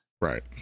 right